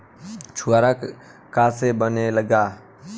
छुआरा का से बनेगा?